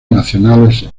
nacionales